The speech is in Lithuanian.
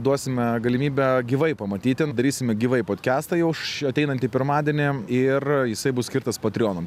duosime galimybę gyvai pamatyti darysime gyvai podkestą jau šį ateinantį pirmadienį ir jisai bus skirtas patrionam